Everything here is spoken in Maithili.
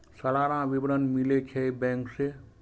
सलाना विवरण मिलै छै बैंक से?